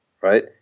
right